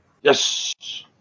Yes